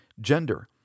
gender